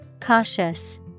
Cautious